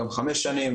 גם חמש שנים,